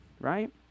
right